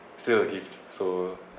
still a gift so